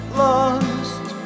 lost